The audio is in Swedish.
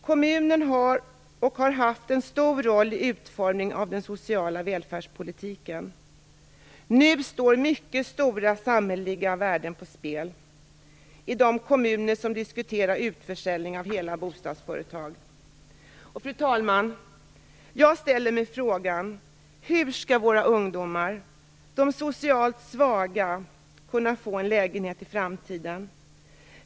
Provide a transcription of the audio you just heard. Kommunen har och har haft en stor roll i utformningen av den sociala välfärdspolitiken. Nu står mycket stora samhälleliga värden på spel i de kommuner som diskuterar utförsäljning av hela bostadsföretag. Fru talman! Jag ställer mig frågan: Hur skall våra ungdomar och de socialt svaga kunna få en lägenhet i framtiden?